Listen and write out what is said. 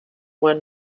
were